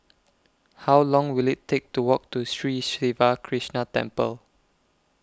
How Long Will IT Take to Walk to Sri Siva Krishna Temple